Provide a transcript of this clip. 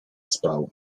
spał